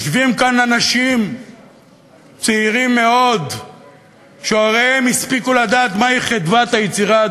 יושבים כאן אנשים צעירים מאוד שהוריהם הספיקו לדעת מהי חדוות היצירה,